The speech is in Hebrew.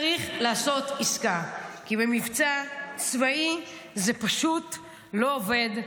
צריך לעשות עסקה, כי במבצע צבאי זה פשוט לא עובד.